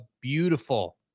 Beautiful